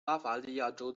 巴伐利亚州